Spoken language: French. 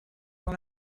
dans